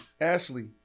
Ashley